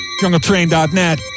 JungleTrain.net